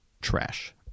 trash